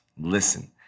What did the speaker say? listen